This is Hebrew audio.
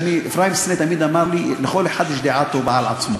אפרים סנה תמיד אמר לי: לכל אחד יש דעה טובה על עצמו.